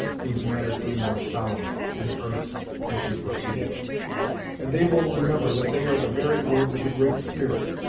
whose manner grew more solemn and earnest as she proceeded and they will remember that they are the very words of the great spirit.